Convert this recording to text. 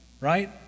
right